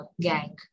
gang